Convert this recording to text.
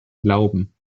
glauben